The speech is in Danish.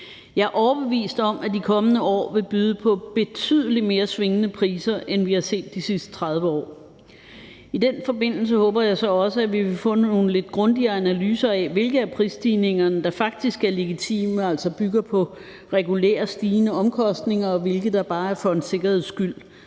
Jeg er overbevist om, at de kommende år vil byde på betydelig mere svingende priser, end vi har set de sidste 30 år. I den forbindelse håber jeg så også, at vi vil få nogle lidt grundigere analyser af, hvilke af prisstigningerne der faktisk er legitime og altså bygger på regulære stigende omkostninger, og hvilke der bare er for en sikkerheds skyld